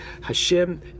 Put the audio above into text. Hashem